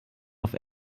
auf